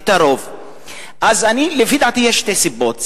אז לפי דעתי יש שתי סיבות.